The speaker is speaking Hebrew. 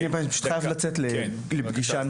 אני חייב לצאת לפגישה נוספת.